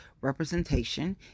representation